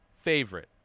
favorite